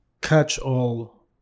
catch-all